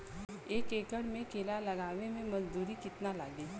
एक एकड़ में केला लगावे में मजदूरी कितना लागी?